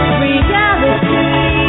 reality